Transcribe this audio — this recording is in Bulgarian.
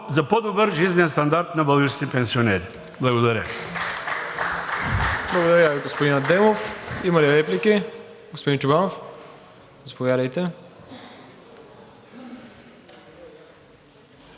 за по-добър жизнен стандарт на българските пенсионери. Благодаря